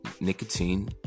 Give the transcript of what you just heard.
nicotine